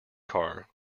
car